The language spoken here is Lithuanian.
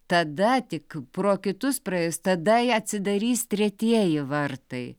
tada tik pro kitus praėjus tada atsidarys tretieji vartai